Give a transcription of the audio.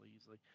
easily